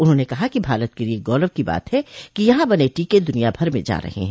उन्होंने कहा कि भारत के लिए गौरव की बात है कि यहां बने टीके दुनिया भर में जा रहे हैं